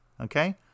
okay